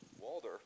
Walter